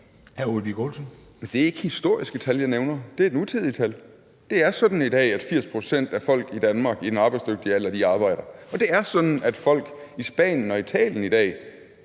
Det er ikke historiske tal, jeg nævner – det er nutidige tal. Det er sådan i dag, at 80 pct. af folk i Danmark i den arbejdsdygtige alder arbejder, og det er sådan, at det i dag